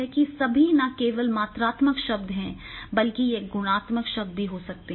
ये सभी न केवल मात्रात्मक शब्द हैं बल्कि यह गुणात्मक शब्दों में भी हो सकते हैं